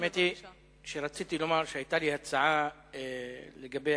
האמת היא שרציתי לומר שהיתה לי הצעה לגבי